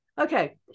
okay